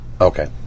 Okay